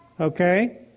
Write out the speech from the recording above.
Okay